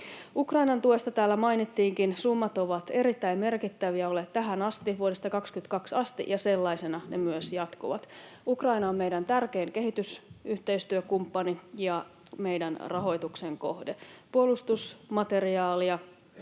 Ukrainan tuesta täällä mainittiinkin. Summat ovat erittäin merkittäviä olleet tähän asti vuodesta 22 asti, ja sellaisena ne myös jatkuvat. Ukraina on meidän tärkein kehitysyhteistyökumppani ja meidän rahoituksen kohde: puolustusmateriaalia,